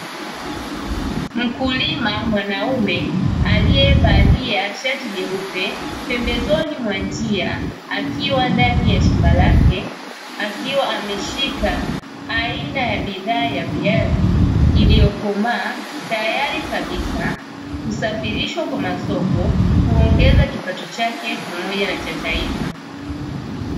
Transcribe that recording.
Mkulima mwanaume aliyevalia shati jeupe pembezoni mwa njia akiwa ndani ya shamba lake, akiwa ameshika aina ya bidhaa ya viazi iliyokomaa, tayari kabisa kusafirishwa kwa masoko, kuongeza kipato chake pamoja na cha taifa.